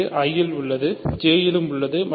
இது I இல் உள்ளதுJ யிலும் உள்ளது